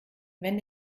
wenn